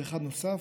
ואחד נוסף,